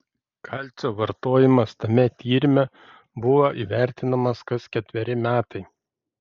kalcio vartojimas tame tyrime buvo įvertinamas kas ketveri metai